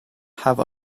have